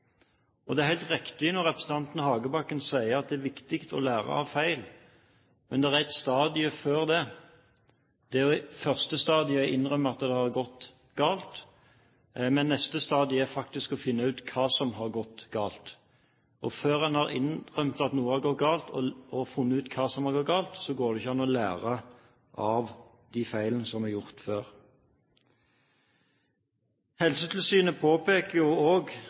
skjedd. Det er helt riktig, som representanten Hagebakken sier, at det er viktig å lære av feil, men det er et stadium før det. Det første er å innrømme at det har gått galt. Men det neste stadiet er faktisk å finne ut hva som har gått galt. Før en har innrømmet at noe har gått galt og funnet ut hva som har gått galt, går det ikke an å lære av de feilene som er gjort. Helsetilsynet og helsedirektøren påpeker